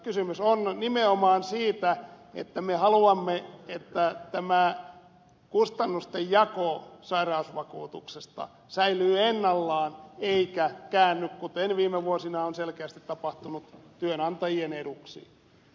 kysymys on nimenomaan siitä että me haluamme että tämä kustannustenjako sairausvakuutuksessa säilyy ennallaan eikä käänny kuten viime vuosina on selkeästi tapahtunut työnantajien eduksi